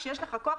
כשיש לך כוח,